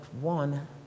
one